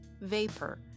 Vapor